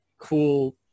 cool